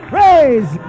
Praise